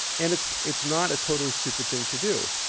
and it's it's not a totally stupid thing to do.